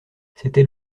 c’était